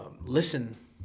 listen